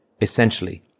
essentially